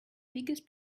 biggest